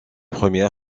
première